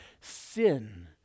sin